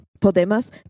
Podemos